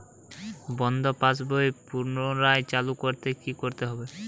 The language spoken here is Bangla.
বন্ধ পাশ বই পুনরায় চালু করতে কি করতে হবে?